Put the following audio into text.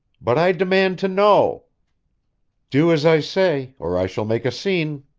but i demand to know do as i say, or i shall make a scene!